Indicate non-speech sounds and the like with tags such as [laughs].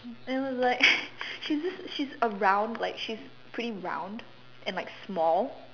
and it was like [laughs] she's just she's a round like she's pretty round and like small